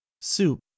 soup